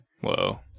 Whoa